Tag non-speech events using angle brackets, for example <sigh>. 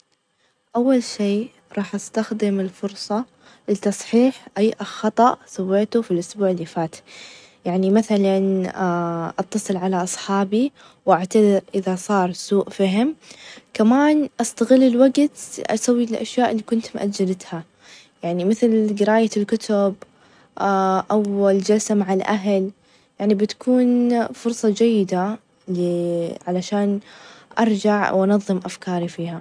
أول شي راح استخدم الفرصة لتصحيح أي خطأ سويته في الأسبوع اللي فات ،يعني مثلا <hesitation> أتصل على أصحابي، وأعتذر إذا صار سوء فهم ،كمان استغل الوقت أسوي الأشياء اللي كنت مأجلتها يعني مثل: قراية الكتب <hesitation> أو الجلسة مع الأهل ، يعني بتكون فرصة جيدة -ل- <hesitation> علشان أرجع ،وأنظم أفكاري فيها.